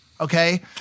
Okay